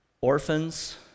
Orphans